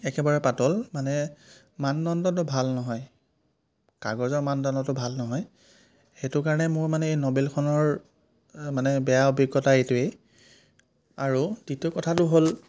একেবাৰে পাতল মানে মানদণ্ডটো ভাল নহয় কাগজৰ মানদণ্ডটো ভাল নহয় সেইটো কাৰণে মোৰ মানে এই নবেলখনৰ মানে বেয়া অভিজ্ঞতা এইটোৱেই আৰু দ্বিতীয় কথাটো হ'ল